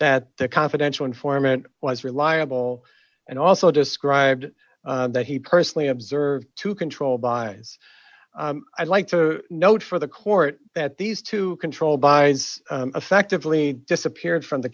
that the confidential informant was reliable and also described that he personally observed to control by i'd like to note for the court that these two controlled by effectively disappeared from the